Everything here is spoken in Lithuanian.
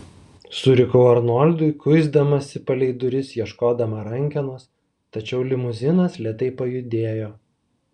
surikau arnoldui kuisdamasi palei duris ieškodama rankenos tačiau limuzinas lėtai pajudėjo